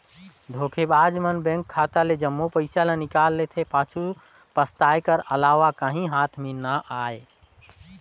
धोखेबाज मन बेंक खाता ले जम्मो पइसा ल निकाल जेथे, पाछू पसताए कर अलावा काहीं हाथ में ना आए